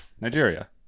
nigeria